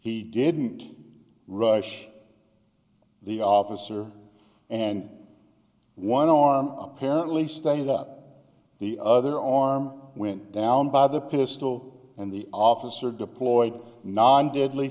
he didn't rush the officer and one or apparently stand up the other on went down by the pistol and the officer deployed non deadly